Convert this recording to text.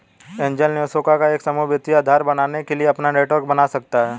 angel निवेशकों का एक समूह वित्तीय आधार बनने के लिए अपना नेटवर्क बना सकता हैं